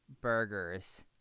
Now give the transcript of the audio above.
burgers